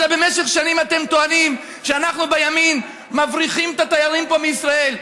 במשך שנים אתם טוענים שאנחנו בימין מבריחים את התיירים פה מישראל.